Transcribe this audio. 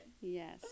yes